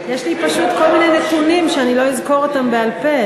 יש לי פשוט כל מיני נתונים שאני לא אזכור אותם בעל-פה,